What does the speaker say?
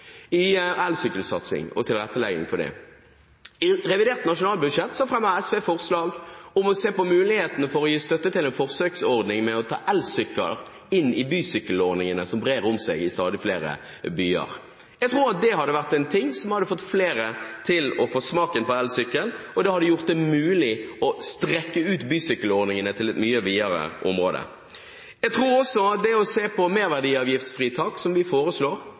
på elsykkelsatsing og tilrettelegging for det. I revidert nasjonalbudsjett fremmet SV forslag om å se på muligheten for å gi støtte til en forsøksordning med å ta elsykler inn i bysykkelordningene, som brer om seg i stadig flere byer. Jeg tror at det hadde vært en ting som hadde fått flere til å få smaken på elsykkel, og det hadde gjort det mulig å strekke ut bysykkelordningene til et mye videre område. Jeg tror også at det å se på merverdiavgiftsfritak, som vi foreslår,